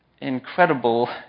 Incredible